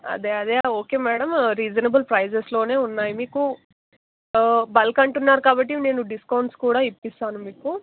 అదే అదే okay madam reasonable ప్రైజెస్లో ఉన్నాయి మీకు బల్క్ అంటున్నారు కాబట్టి నేను డిస్కౌంట్స్ కూడా ఇస్తాను మీకు